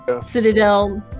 citadel